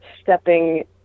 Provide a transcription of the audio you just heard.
stepping